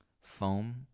foam